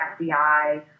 FBI